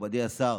מכובדי השר,